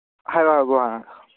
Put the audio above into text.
ꯍꯥꯏꯔꯛꯑꯕ